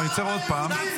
אני עוצר עוד פעם.